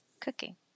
cooking